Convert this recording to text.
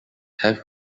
have